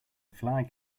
flag